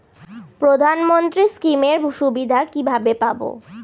প্রধানমন্ত্রী স্কীম এর সুবিধা কিভাবে পাবো?